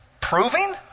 proving